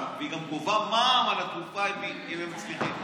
והיא גם גובה מע"מ על התרופה שהם צריכים.